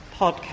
podcast